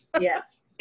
Yes